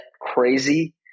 crazy